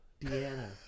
Deanna